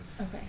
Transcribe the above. Okay